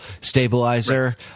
stabilizer